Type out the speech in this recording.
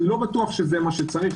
אני לא בטוח שזה מה שצריך.